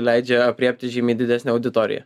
leidžia aprėpti žymiai didesnę auditoriją